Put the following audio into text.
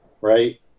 right